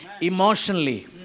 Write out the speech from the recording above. emotionally